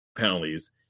penalties